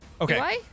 Okay